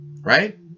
right